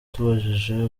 tubajije